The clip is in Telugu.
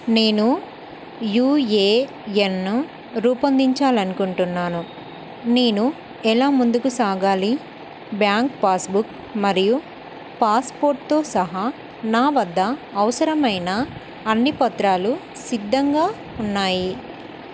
నేను యుఏఎన్ను రూపొందించాలనుకుంటున్నాను నేను ఎలా ముందుకు సాగాలి బ్యాంక్ పాస్బుక్ మరియు పాస్పోర్ట్తో సహా నా వద్ద అవసరమైన అన్ని పత్రాలు సిద్ధంగా ఉన్నాయి